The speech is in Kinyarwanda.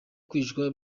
kwicwa